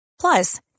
Plus